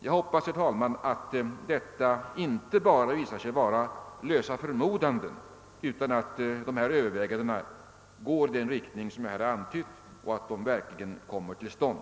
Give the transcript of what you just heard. Jag hoppas, herr talman, att detta inte visar sig vara endast lösa förmodanden, utan att dessa överväganden går i den riktning som jag här har antytt och att de verkligen komer till stånd.